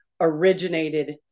originated